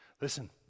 Listen